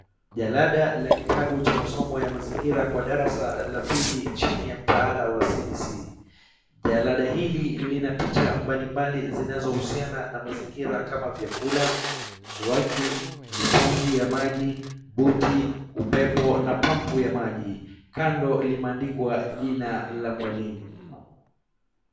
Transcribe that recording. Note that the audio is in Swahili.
Jalada la kitabu cha masomo ya mazingira kwa darasa la pili chini ya maala ya CBC, jalada hili lina picha mbalimbali zinazohusiana na mazingira kama vyakula, mswaki, mitungi ya maji buti , upepo na pampu ya maji kando limeandikwa jina la mwalimu.